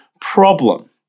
problem